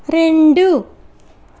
రెండు